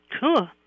Cool